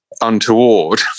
untoward